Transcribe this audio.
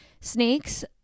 snakes